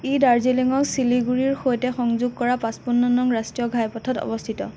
ই দাৰ্জিলিঙক শিলিগুৰিৰ সৈতে সংযোগ কৰা পঁচপন্ন নং ৰাষ্ট্ৰীয় ঘাইপথত অৱস্থিত